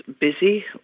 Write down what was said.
busy